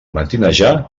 matinejar